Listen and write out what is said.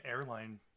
airline